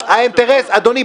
אדוני,